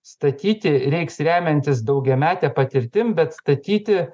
statyti reiks remiantis daugiamete patirtim bet statyti